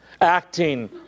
acting